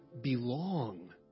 belong